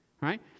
right